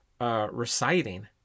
reciting